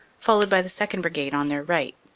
followed by the second. brigade on their right.